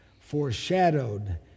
foreshadowed